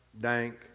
dank